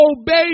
obey